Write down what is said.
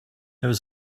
was